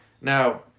now